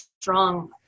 strong